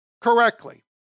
correctly